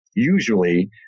Usually